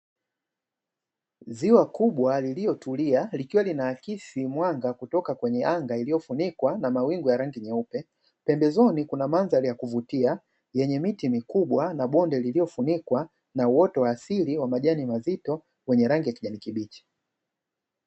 Ziwa kubwa lililotulia likiwa linaakisi mwanga kutoka kwenye anga iliyofunikwa na mawingu ya rangi nyeupe, pembezoni kunamandhari ya kuvutia yenye miti mikubwa na bonde lililofunikwa na uoto wa asili wa majani mazito wenye rangi ya kijani kibichi.